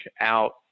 out